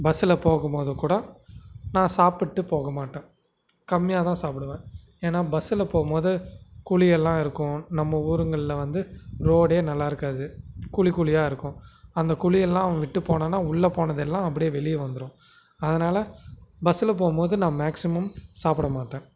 பஸ்ஸில் போகும்போது கூட நான் சாப்பிட்டு போக மாட்டேன் கம்மியாகதான் சாப்பிடுவன் ஏன்னா பஸ்ஸில் போகும்மோது குழியல்லாம் இருக்கும் நம்ம ஊருங்கள்ல வந்து ரோடே நல்லாயிருக்காது குழிக்குழியாக இருக்கும் அந்த குழியெல்லாம் விட்டு போனனா உள்ள போனதெல்லாம் அப்படியே வெளியே வந்துரும் அதனால பஸ்ஸில் போகும்போது நான் மேக்ஸிமம் சாப்பிட மாட்டேன்